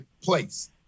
place